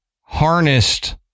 harnessed